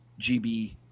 GB